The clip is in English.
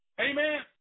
Amen